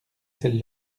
celle